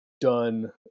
done